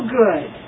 good